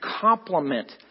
complement